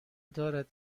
دارد